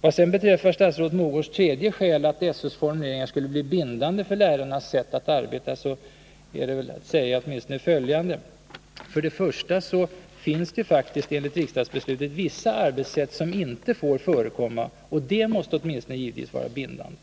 Vad sedan beträffar statsrådet Mogårds tredje skäl, att SÖ:s formuleringar skulle bli bindande för lärarnas sätt att arbeta, så är väl åtminstone följande att säga: För det första finns det faktiskt enligt riksdagsbeslutet vissa arbetssätt som inte får förekomma, och det måste givetvis vara bindande